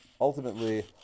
ultimately